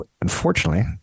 unfortunately